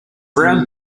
brown